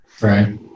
Right